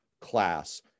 class